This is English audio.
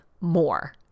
more